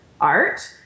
art